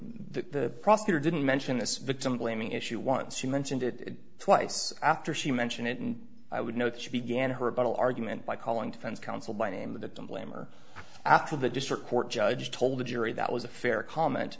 the prosecutor didn't mention this victim blaming issue once you mentioned it twice after she mentioned it and i would note she began her battle argument by calling defense counsel by name the blame or after the district court judge told the jury that was a fair comment